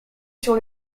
sur